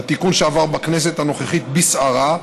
התיקון שעבר בכנסת הנוכחית בסערה,